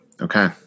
Okay